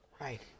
Right